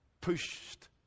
pushed